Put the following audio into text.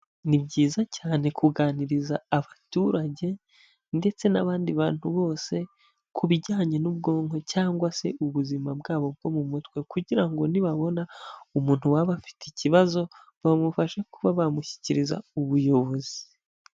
Ni byiza cyane kuganiriza abaturage ndetse n'abandi bantu bose, ku bijyanye n'ubwonko cyangwa se ubuzima bwabo bwo mu mutwe, kugira ngo nibabona umuntu waba afite ikibazo bamufasha kuba bamushyikiriza ubuyobozi.